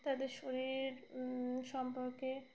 তাদের শরীর সম্পর্কে